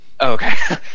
okay